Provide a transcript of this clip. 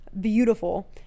beautiful